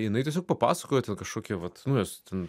jinai tiesiog papasakojo ten kažkokį vat nu jos ten